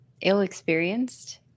ill-experienced